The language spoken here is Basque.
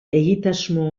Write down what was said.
egitasmo